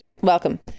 Welcome